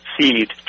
seed